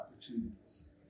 opportunities